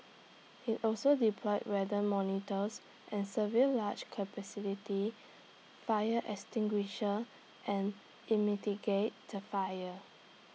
he also deployed weather monitors and severe large fire extinguishers and in mitigate the fire